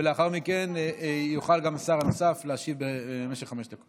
ולאחר מכן יוכל גם שר נוסף להשיב במשך חמש דקות.